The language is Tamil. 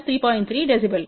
3 dB